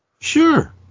Sure